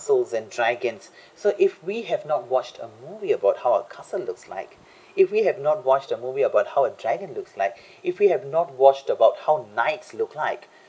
and dragon so if we have now watch a movie about how a castle look like if we have not watch a movie about how a dragon look like if we have not watch about how knight look like